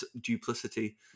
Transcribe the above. duplicity